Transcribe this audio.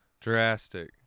drastic